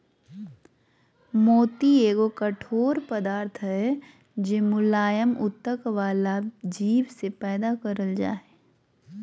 मोती एगो कठोर पदार्थ हय जे मुलायम उत्तक वला जीव से पैदा करल जा हय